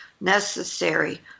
necessary